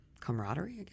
camaraderie